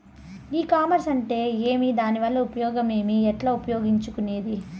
ఈ కామర్స్ అంటే ఏమి దానివల్ల ఉపయోగం ఏమి, ఎట్లా ఉపయోగించుకునేది?